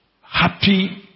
happy